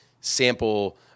sample